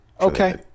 Okay